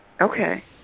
Okay